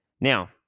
Now